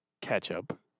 ketchup